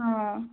ହଁ